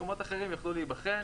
מקומות אחרים יוכלו להיבחן.